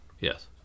Yes